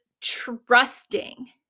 trusting